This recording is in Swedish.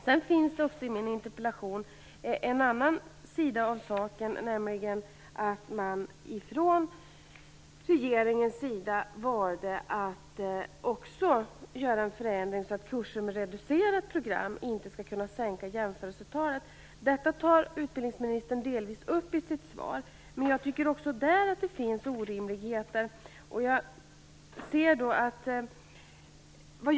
Det finns i min interpellation också en annan sida av saken, nämligen att man från regeringens sida valde att också göra en förändring så att kurser med reducerat program inte skall kunna sänka jämförelsetalen. Detta tar utbildningsministern delvis upp i sitt svar, men jag tycker att det finns orimligheter också där.